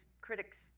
critics